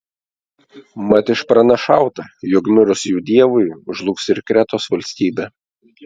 mat išpranašauta jog mirus jų dievui žlugs ir kretos valstybė